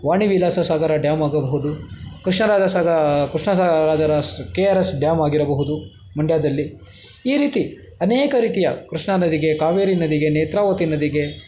Vanivilasa Sagara dam ಆಗಬಹುದು ಕೃಷ್ಣ ರಾಜ ಸಾಗ ಕೃಷ್ಣ ಸಾ ರಾಜರ ಸ್ ಕೆ ಆರ್ ಎಸ್ ಡ್ಯಾಮ್ ಆಗಿರಬಹುದು ಮಂಡ್ಯದಲ್ಲಿ ಈ ರೀತಿ ಅನೇಕ ರೀತಿಯ ಕೃಷ್ಣ ನದಿಗೆ ಕಾವೇರಿ ನದಿಗೆ ನೇತ್ರಾವತಿ ನದಿಗೆ